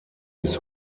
bis